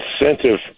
incentive